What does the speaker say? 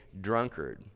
drunkard